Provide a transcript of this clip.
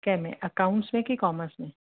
कंहिंमें अकाऊंट्स में कि कॉमर्स में